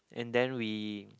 and then we